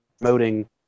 promoting